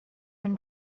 been